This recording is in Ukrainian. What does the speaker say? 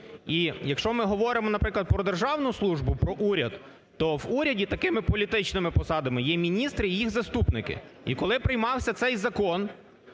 І якщо ми говоримо, наприклад, про державну службу, про уряд, то в уряді такими політичними посадами є міністри і їх заступники і коли приймався цей закон,